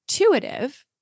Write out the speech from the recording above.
intuitive